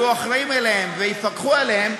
יהיו אחראים עליהם ויפקחו עליהם,